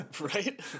right